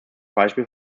beispiel